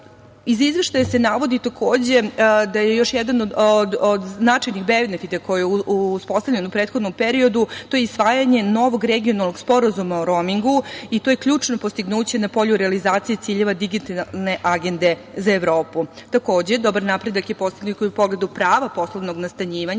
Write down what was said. Izveštaja se navodi takođe da je još jedan od značajnih benefita koji je uspostavljen u prethodnom periodu, to je usvajanje novog regionalnog sporazuma o romingu i to je ključno postignuće na polju realizacije ciljeva digitalne agende za Evropu. Takođe, dobar napredak je postignut u pogledu prava poslovnog nastanjivanja